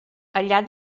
allà